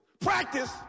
Practice